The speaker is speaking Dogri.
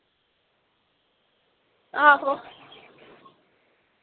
आहो